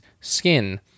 skin